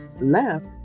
left